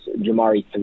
Jamari